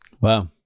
Wow